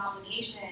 obligation